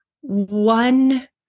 One